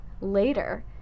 later